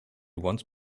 once